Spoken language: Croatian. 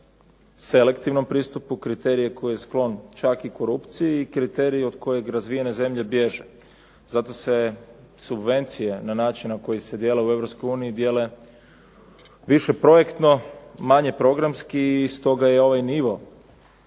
selektivnom pristupu, kriterij koji je sklon čak i korupciji, kriterij od kojeg razvijene zemlje bježe. Zato se subvencije na način na koji se dijele u Europskoj uniji dijele više projektno, manje programski i stoga je ovaj nivo